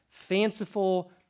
fanciful